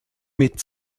mit